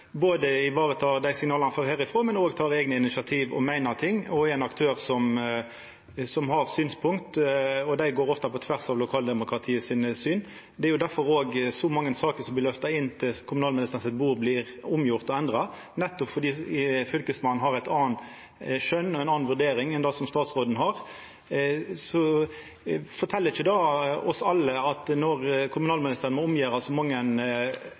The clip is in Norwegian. dei signala han får herifrå, men òg tek eigne initiativ, meiner ting og er ein aktør som har synspunkt, som ofte går på tvers av synet til lokaldemokratiet. Det er difor så mange saker som blir løfta inn på kommunalministeren sitt bord, blir omgjorde og endra, nettopp fordi Fylkesmannen har eit anna skjøn og ei anna vurdering enn det statsråden har. Når kommunalministeren må gjera om så mange plansaker som hamnar på bordet hans, fortel ikkje det oss at